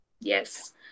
Yes